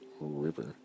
river